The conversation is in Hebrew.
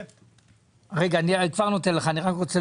תודה.